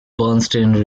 bernstein